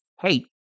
Hey